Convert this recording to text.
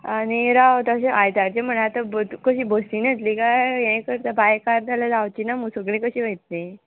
आनी राव तशें आयतारचें म्हळ्यार आतां कशीं बसीन येतली काय हें करता बायकार जाल्यार जावची ना म्हूण सगळीं कशीं वयतलीं